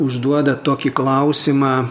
užduoda tokį klausimą